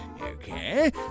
okay